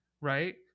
right